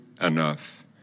enough